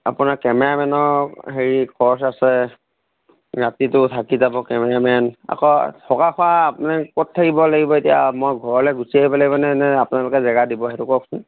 আপোনাৰ কেমেৰামেনৰ হেৰি খৰচ আছে ৰাতিটো থাকি যাব কেমেৰামেন আকৌ থকা খোৱা আপুনি ক'ত থাকিব লাগিব এতিয়া মই ঘৰলৈ গুচি আহিব লাগিব নে আপোনালোকে জেগা দিব সেইটো কওকচোন